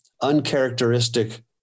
uncharacteristic